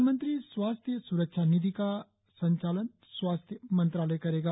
प्रधानमंत्री स्वास्थ्य स्रक्षा निधि का संचालन स्वास्थ्य मंत्रालय करेगा